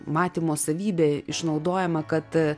matymo savybė išnaudojama kad